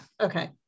okay